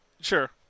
Sure